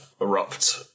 erupt